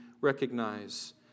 recognize